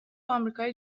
آمریکای